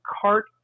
cart